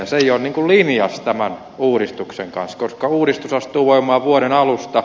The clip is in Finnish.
se ei ole linjassa tämän uudistuksen kanssa koska uudistus astuu voimaan vuoden alusta